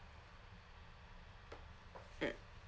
mm